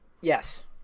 yes